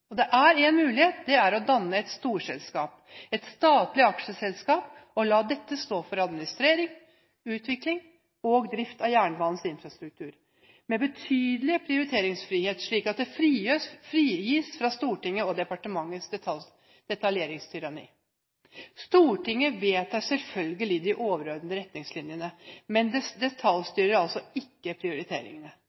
er å danne et storselskap, et statlig aksjeselskap, og la dette stå for administrering, utvikling og drift av jernbanens infrastruktur – med betydelig prioriteringsfrihet, slik at det frigis fra Stortinget og departementets detaljstyringstyranni. Stortinget vedtar selvfølgelig de overordnede retningslinjene, men detaljstyrer altså ikke prioriteringene.